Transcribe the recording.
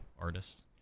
artists